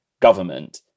government